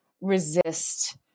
resist